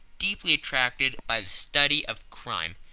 deeply attracted by the study of crime,